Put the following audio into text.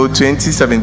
2017